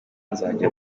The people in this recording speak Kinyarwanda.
nzajya